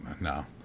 no